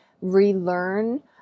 relearn